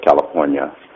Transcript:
California